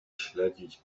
śledzić